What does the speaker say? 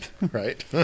right